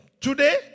Today